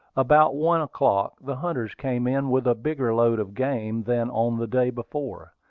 about one o'clock, the hunters came in with a bigger load of game than on the day before.